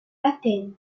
athènes